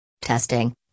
Testing